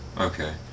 Okay